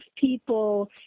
people